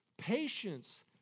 patience